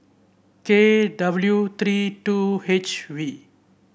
K W three two H V